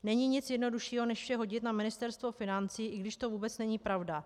Není nic jednoduššího než vše hodit na Ministerstvo financí, i když to vůbec není pravda.